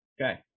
Okay